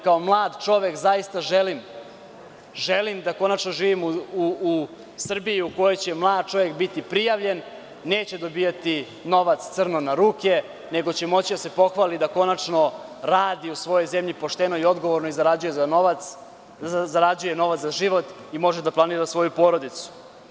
Kao mlad čovek zaista želim da konačno živim u Srbiji u kojoj će mlad čovek biti prijavljen, neće dobijati novac crno na ruke nego će moći da se pohvali da konačno radi u svojoj zemlji pošteno i odgovorno i zarađuje novac za život i može da planira svoju porodicu.